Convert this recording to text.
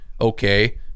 okay